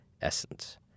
essence